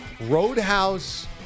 Roadhouse